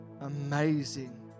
amazing